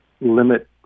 limit